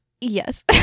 Yes